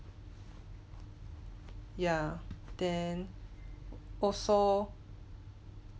ya then also